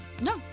No